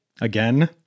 Again